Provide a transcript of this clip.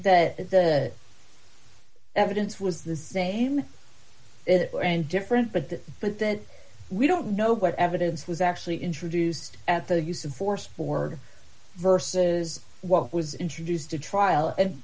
that the evidence was the same it were and different but that but that we don't know what evidence was actually introduced at the use of force for good versus what was introduced to trial and